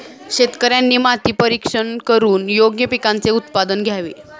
शेतकऱ्यांनी माती परीक्षण करून योग्य पिकांचे उत्पादन घ्यावे